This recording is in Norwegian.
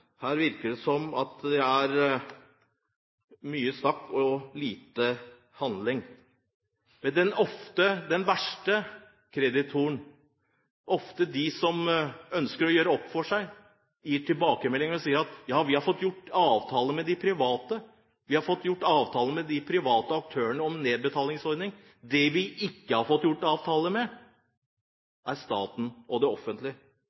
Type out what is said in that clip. her virker det som sagt som om det er mye snakk og lite handling. Det verste er at de som ønsker å gjøre opp for seg, gir tilbakemeldinger om at de har fått gjort avtaler med de private aktørene om en nedbetalingsordning. Men de har ikke fått gjort avtaler med staten og det offentlige.